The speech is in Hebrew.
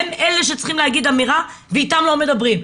הם אלה שצריכים להגיד אמירה ואיתם לא מדברים,